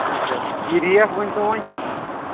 اچھا یہِ ریٹ ؤنۍتو وۄنۍ